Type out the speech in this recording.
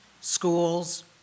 schools